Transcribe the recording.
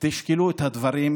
תשקלו את הדברים,